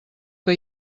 que